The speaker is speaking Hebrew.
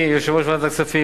יושב-ראש ועדת הכספים,